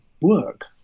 work